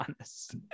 honest